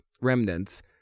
remnants